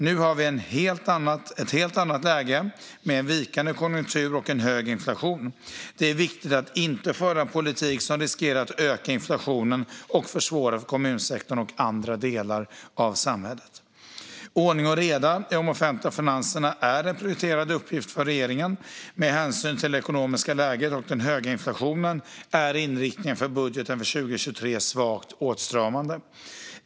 Nu har vi ett helt annat läge med en vikande konjunktur och en hög inflation. Det är viktigt att inte föra en politik som riskerar att öka inflationen och försvåra för kommunsektorn och andra delar av samhället. Ordning och reda i de offentliga finanserna är en prioriterad uppgift för regeringen. Med hänsyn till det ekonomiska läget och den höga inflationen är inriktningen för budgeten för 2023 svagt åtstramande.